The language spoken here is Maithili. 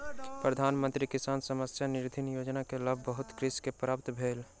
प्रधान मंत्री किसान सम्मान निधि योजना के लाभ बहुत कृषक के प्राप्त भेल